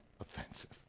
offensive